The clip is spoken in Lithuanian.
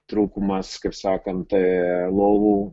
trūkumas kaip sakant lovų